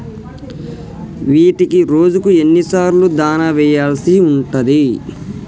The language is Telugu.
వీటికి రోజుకు ఎన్ని సార్లు దాణా వెయ్యాల్సి ఉంటది?